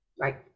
Right